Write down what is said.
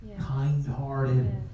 kind-hearted